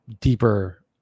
deeper